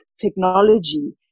technology